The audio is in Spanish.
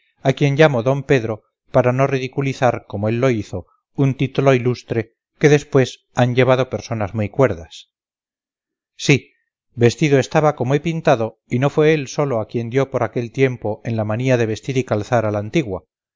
a quien llamo d pedro para no ridiculizar como él lo hizo un título ilustre que después han llevado personas muy cuerdas sí vestido estaba como he pintado y no fue él solo quien dio por aquel tiempo en la manía de vestir y calzar a la antigua